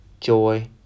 joy